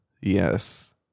Yes